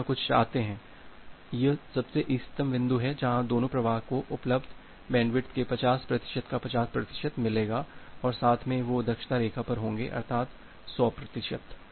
हम यहां कुछ चाहते हैं यह सबसे इष्टतम बिंदु है जहां दोनों प्रवाह को उपलब्ध बैंडविड्थ के 50 प्रतिशत का 50 प्रतिशत मिलेगा और साथ में वे दक्षता रेखा पर होंगे अर्थात 100 प्रतिशत